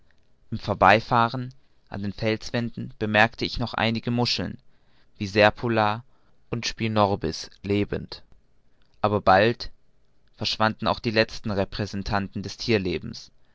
im vorbeifahren an den felswänden bemerkte ich noch einige muscheln wie serpula und spinorbis lebend aber bald verschwanden auch diese letzten repräsentanten des thierlebens